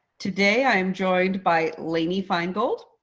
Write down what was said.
today, i'm joined by lainey feingold.